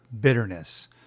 bitterness